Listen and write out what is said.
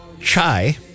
Chai